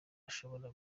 ashobora